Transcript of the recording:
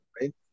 Right